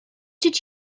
did